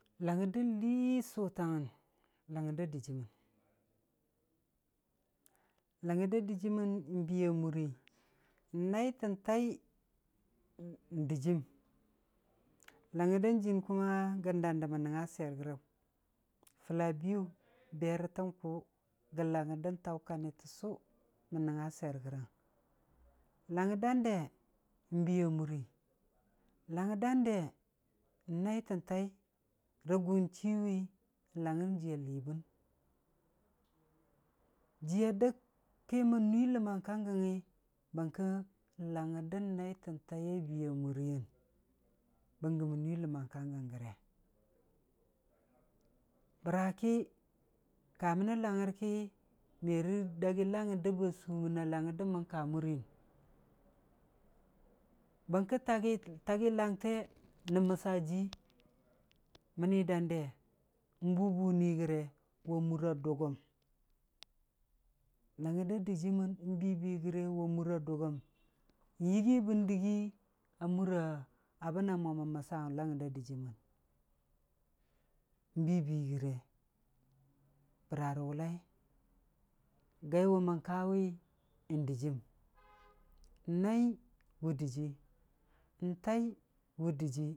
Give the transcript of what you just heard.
Langngər da lii sontam langngər dɨjiimən, langngər da dɨjiimən n'buui a murii, naai tən taai n'dɨjiim, langngər da jiiyən kuma gən dan do mən nəngnga swiyer gərən, fəlla biiyu berə tən kʊ, gən langngər dən taʊ kani təssʊ mən nəngnga swiyer gərən, langngər dande n'biiya murii, langngar dande naai tən taai, rə gʊn chii wi, langngər jiiya liibən, jiiya dəg ki mən nuii lamang ka gangngi, barkan langngər dən taai tən naai a biiya muriiyən, bənggə mən nuii ləmmang ka gəng gəre bəra ki kamənə langngər ki, me rə dagi langngər də ba suməna də mən ka muriiyən, bərkə tagi tagi langte, nən məssa jii, mənni dande, n'buu buu ni gəre, wa mura dʊgʊm, langngər da dɨjiim bii gəre wa mura dʊgʊm, yɨgii bən dɨgii a mura abu nan mo mən məssawʊn langngər da dɨjiimən bii bii gəre, bəra rə wʊllai, gai wʊ mən kawi n'dɨjiim, naai wʊ dɨjii, n'taai wʊ dɨjii.